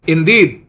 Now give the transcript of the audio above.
Indeed